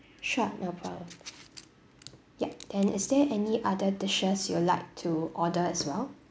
sure no problem ya then is there any other dishes you will like to order as well